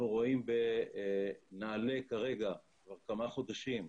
אנחנו רואים בנעל"ה, כבר כמה חודשים,